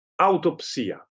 autopsia